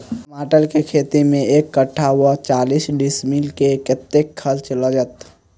टमाटर केँ खेती मे एक कट्ठा वा चारि डीसमील मे कतेक खर्च लागत?